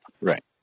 Right